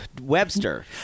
Webster